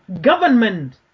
government